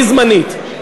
היא זמנית,